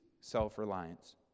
self-reliance